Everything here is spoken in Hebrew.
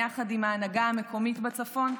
יחד עם ההנהגה המקומית בצפון,